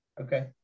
Okay